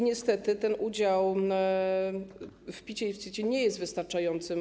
Niestety ten udział w PIT i CIT nie jest wystarczający.